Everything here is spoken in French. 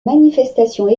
manifestations